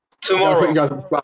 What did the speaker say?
Tomorrow